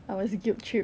I was guilt tripped